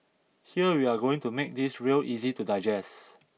here we are going to make this real easy to digest